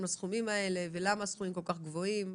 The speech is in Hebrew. לסכומים האלה ולמה הסכומים כל כך גבוהים.